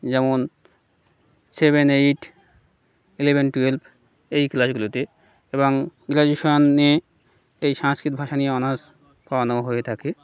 যেমন seven eight eleven twelve এই ক্লাসগুলোতে এবং গ্রাজুয়েশনে এই সংস্কৃত ভাষা নিয়ে অনার্স পাড়ানো হয়ে থাকে